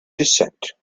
descent